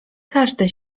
każdy